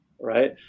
right